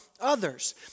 others